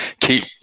keep